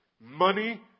money